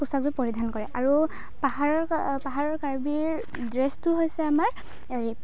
পোচাকযোৰ পৰিধান কৰে আৰু পাহাৰৰ পাহৰৰ কাৰ্বিৰ ড্ৰেছটো হৈছে আমাৰ হেৰি